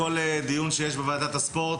בכל דיון שיש בוועדת הספורט,